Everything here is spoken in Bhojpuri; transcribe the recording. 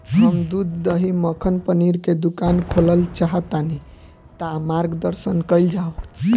हम दूध दही मक्खन पनीर के दुकान खोलल चाहतानी ता मार्गदर्शन कइल जाव?